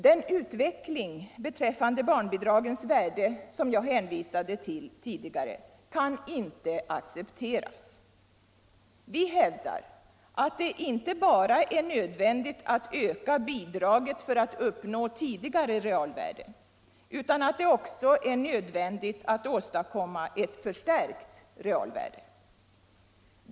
Den utveckling beträffande barnbidragens värde som jag hänvisade till tidigare kan inte accepteras. Vi hävdar att det inte bara är nödvändigt att öka bidraget för att uppnå tidigare realvärde utan att det också är Ekonomiskt stöd åt nödvändigt att åstadkomma ett förstärkt realvärde.